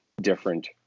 different